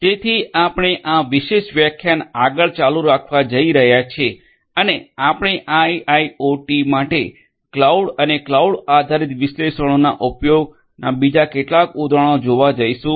તેથી આપણે આ વિશિષ્ટ વ્યાખ્યાન આગળ ચાલુ રાખવા જઈ રહ્યા છીએ અને આપણે આઇઆઇઓટી માટે ક્લાઉડ અને ક્લાઉડ આધારિત વિશ્લેષણોના ઉપયોગના બીજા કેટલાક ઉદાહરણો જોવા જઈશું